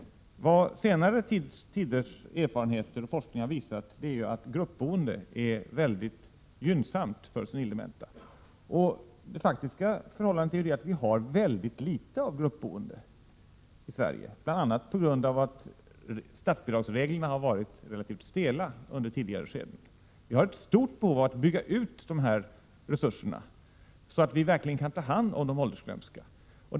Vad senare tiders erfarenheter och forskning har visat är att gruppboende är väldigt gynnsamt för senildementa. Det faktiska förhållandet är att vi har väldigt litet av gruppboende i Sverige, bl.a. på grund av att statsbidragsreglerna har varit relativt stela under tidigare skeden. Vi har ett stort behov av att bygga ut dessa resurser, så att vi verkligen kan ta hand om de åldersglömska.